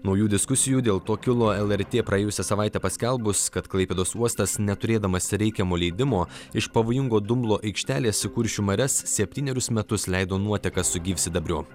naujų diskusijų dėl to kilo lrt praėjusią savaitę paskelbus kad klaipėdos uostas neturėdamas reikiamo leidimo iš pavojingo dumblo aikštelės į kuršių marias septynerius metus leido nuotekas su gyvsidabriu